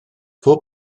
pob